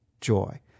joy